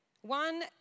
One